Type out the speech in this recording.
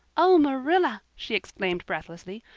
oh, marilla, she exclaimed breathlessly,